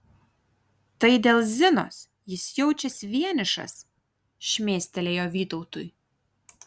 tai dėl zinos jis jaučiasi vienišas šmėstelėjo vytautui